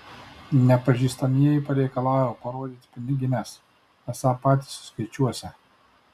nepažįstamieji pareikalavo parodyti pinigines esą patys suskaičiuosią